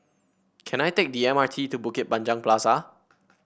can I take the M R T to Bukit Panjang Plaza